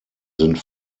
sind